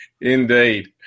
Indeed